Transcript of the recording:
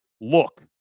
look